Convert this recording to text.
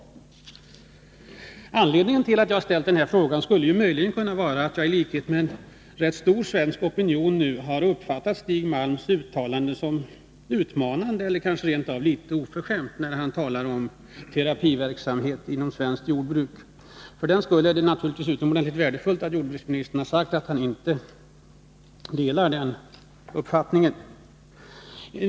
av frågan. Anledningen till att jag ställde den här frågan skulle möjligen kunna vara att jag i likhet med en rätt stor svensk opinion har uppfattat Stig Malms uttalande om terapiverksamhet inom svenskt jordbruk som utmanande eller kanske rent av litet oförskämt. För den skull är det naturligtvis utomordentligt värdefullt att jordbruksministern uttalar att han inte delar uppfattningen att stora delar av svenskt jordbruk bedrivs som terapiverksamhet.